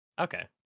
Okay